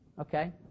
Okay